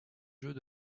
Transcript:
jeux